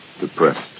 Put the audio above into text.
Depressed